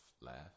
laugh